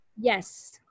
yes